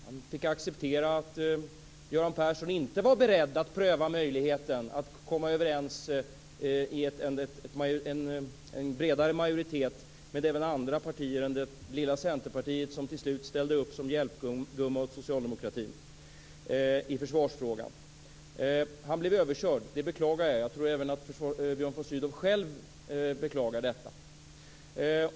Han fick acceptera att Göran Persson inte var beredd att pröva möjligheten att komma överens i en bredare majoritet med även andra partier än det lilla Centerpartiet, som till slut ställde upp som hjälpgumma åt socialdemokratin i försvarsfrågan. Han blev överkörd. Det beklagar jag. Jag tror även att Björn von Sydow själv beklagar detta.